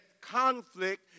conflict